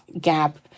gap